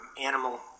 animal